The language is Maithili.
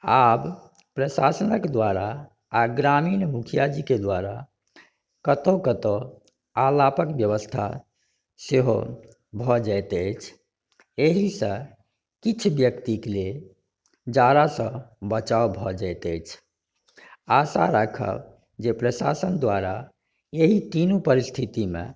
आब प्रशासनक द्वारा आ ग्रामीण मुखिया जीके द्वारा कतौ कतौ अलावक व्यवस्था सेहो भऽ जाइत अछि एहिसँ किछु व्यक्तिके लेल जाड़ासँ बचाव भऽ जाइत अछि आशा राखब जे प्रशासन द्वारा एहि तीनू परिस्थितिमे